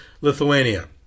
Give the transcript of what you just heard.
Lithuania